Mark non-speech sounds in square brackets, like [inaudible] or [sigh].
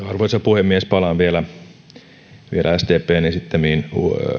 [unintelligible] arvoisa puhemies palaan vielä sdpn esittämiin